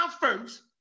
first